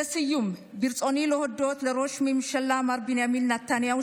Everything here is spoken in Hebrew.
לסיום ברצוני להודות לראש הממשלה מר בנימין נתניהו,